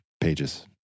Pages